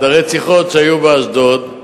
הרציחות שהיו באשדוד,